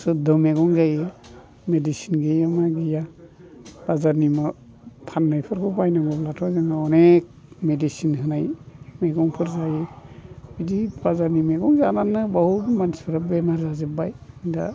सुद्ध मैगं जायो मेडिसिन गैया मा गैया बाजारनि फाननायखोथ' अनेख मेडिसिन होनाय मैगंफोर जायो बिदि बाजारनि मैगं जानानैनो बहुद मानसिफ्रा बेमार जाजोब्बाय दा